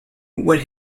what